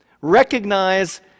recognize